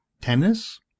Tennis